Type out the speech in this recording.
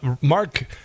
Mark